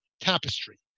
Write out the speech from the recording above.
tapestry